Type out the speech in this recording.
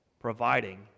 providing